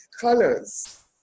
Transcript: colors